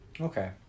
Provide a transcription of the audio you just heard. okay